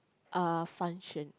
uh function